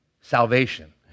salvation